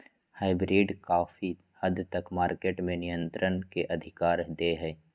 hybrid काफी हद तक मार्केट पर नियन्त्रण के अधिकार दे हय